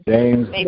James